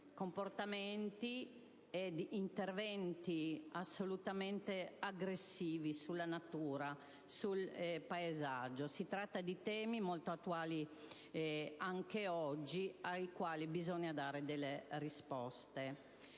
comportamenti ed interventi assolutamente aggressivi sulla natura e sul paesaggio. Si tratta di temi molto attuali anche oggi, ai quali bisogna dare delle risposte.